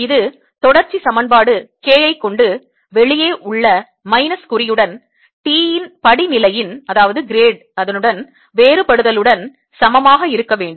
இது தொடர்ச்சிசமன்பாடு K ஐக் கொண்டு வெளியே உள்ள minus குறியுடன் T ன் படிநிலையின் வேறுபடுதலுடன் சமமாக இருக்க வேண்டும்